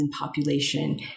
population